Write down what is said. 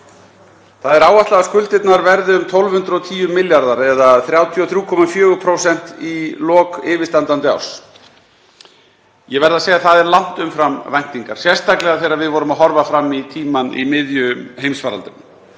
Það er áætlað að skuldirnar verði um 1.210 milljarðar eða 33,4% í lok yfirstandandi árs. Ég verð að segja að það er langt umfram væntingar, sérstaklega þegar við vorum að horfa fram í tímann í miðjum heimsfaraldrinum.